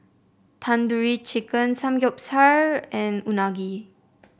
Tandoori Chicken Samgyeopsal and Unagi